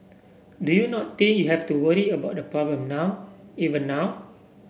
do you not think you have to worry about the problem now even now